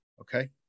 Okay